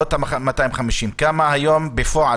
לא 250. כמה היום בפועל,